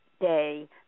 day